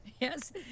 Yes